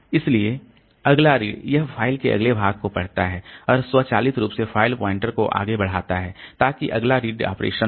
इसलिए अगला रीड यह फ़ाइल के अगले भाग को पढ़ता है और स्वचालित रूप से फ़ाइल पॉइंटर को आगे बढ़ाता है ताकि अगला रीड ऑपरेशन हो